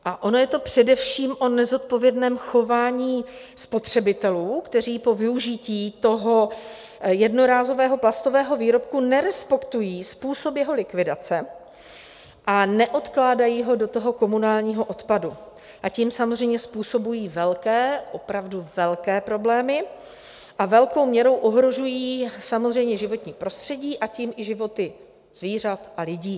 Ono je to především o nezodpovědném chování spotřebitelů, kteří po využití jednorázového plastového výrobku nerespektují způsob jeho likvidace a neodkládají ho do komunálního odpadu, tím samozřejmě způsobují velké, opravdu velké problémy a velkou měrou ohrožují samozřejmě životní prostředí, a tím i životy zvířat a lidí.